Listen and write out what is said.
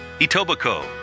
Etobicoke